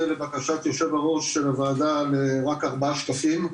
לבקשת יו"ר הוועדה רק לארבעה שקפים,